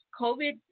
covid